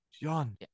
John